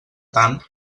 tant